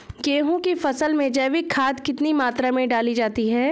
गेहूँ की फसल में जैविक खाद कितनी मात्रा में डाली जाती है?